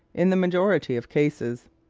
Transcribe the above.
in the majority of cases.